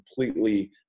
completely